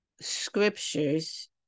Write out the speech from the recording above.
scriptures